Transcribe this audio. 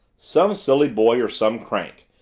some silly boy or some crank.